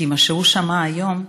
כי מה שהוא שמע היום,